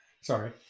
Sorry